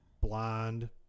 blonde